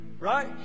right